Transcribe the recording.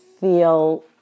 feel